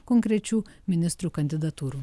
konkrečių ministrų kandidatūrų